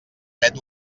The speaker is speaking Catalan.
vet